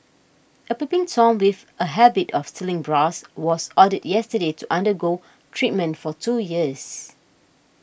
a peeping tom with a habit of stealing bras was ordered yesterday to undergo treatment for two years